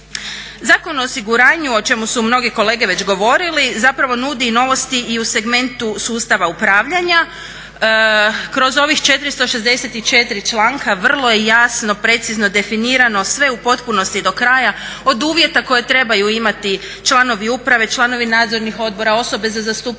Zakon o osiguranju o čemu su mnogi kolege već govorili zapravo nudi i novosti i u segmentu sustava upravljanja. Kroz ovih 464. članka vrlo je jasno, precizno definirano sve u potpunosti i do kraja, od uvjeta koje trebaju imati članovi uprave, članovi nadzornih odbora, osobe za zastupanje